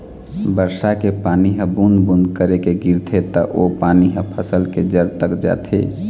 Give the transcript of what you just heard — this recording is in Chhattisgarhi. बरसा के पानी ह बूंद बूंद करके गिरथे त ओ पानी ह फसल के जर तक जाथे